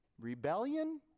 Rebellion